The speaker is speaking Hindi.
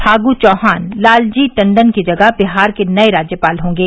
फागु चौहान लालजी टंडन की जगह बिहार के नए राज्यपाल होंगे